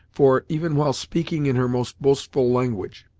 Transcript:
for, even while speaking in her most boastful language,